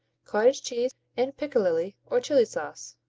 cottage cheese and piccalilli or chili sauce.